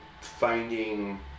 finding